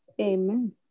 Amen